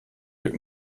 mit